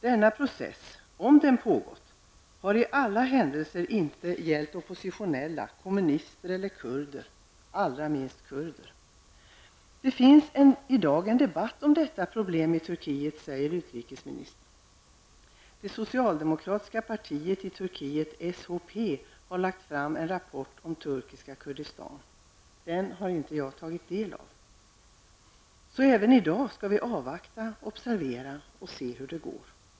Denna process, om den pågått, har i alla händelser inte gällt oppositionella, kommunister eller kurder -- allra minst kurder. Det finns i dag en debatt om detta problem i Turkiet, säger utrikesministern. Det socialdemokratiska partiet i Turkiet, SHP, har lagt fram en rapport om turkiska Kurdistan. Den har inte jag tagit del av. Även i dag skall vi avvakta, observera och se hur det går.